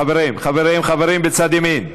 חברים, חברים, חברים בצד ימין,